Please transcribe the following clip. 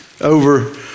over